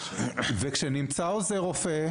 וכשנמצא עוזר רופא,